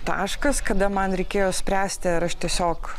taškas kada man reikėjo spręsti ar aš tiesiog